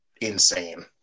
insane